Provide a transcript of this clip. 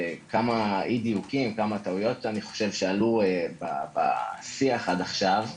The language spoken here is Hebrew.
כמה אי-דיוקים, כמה טעויות שעלו בשיח עד עכשיו.